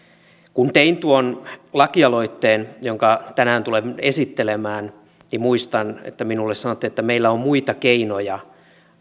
kun tein tuon lakialoitteen jonka tänään tulen esittelemään niin minulle sanottiin että meillä on muita keinoja